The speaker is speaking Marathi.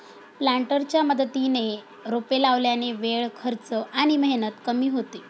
प्लांटरच्या मदतीने रोपे लावल्याने वेळ, खर्च आणि मेहनत कमी होते